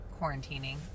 quarantining